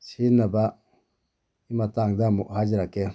ꯁꯤꯖꯤꯟꯅꯕ ꯃꯇꯥꯡꯗ ꯑꯃꯨꯛ ꯍꯥꯏꯖꯔꯛꯀꯦ